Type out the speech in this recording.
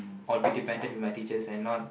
I'll be depended with my teachers and not